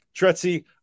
Tretzi